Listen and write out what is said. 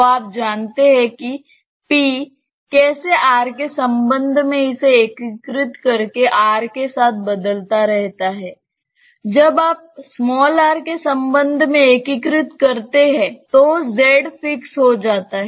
तो आप जानते हैं कि p कैसे r के संबंध में इसे एकीकृत करके r के साथ बदलता रहता है जब आप r के संबंध में एकीकृत करते हैं तो z फिक्स हो जाता है